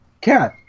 Cat